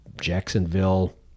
Jacksonville